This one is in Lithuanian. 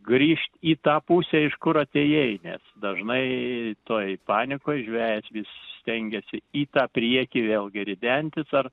grįžt į tą pusę iš kur atėjai nes dažnai toj panikoj žvejas vis stengiasi į tą priekį vėlgi ridentis ar